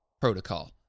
protocol